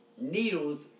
needles